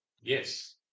yes